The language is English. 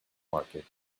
market